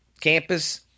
campus